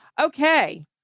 Okay